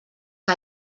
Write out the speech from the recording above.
que